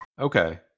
Okay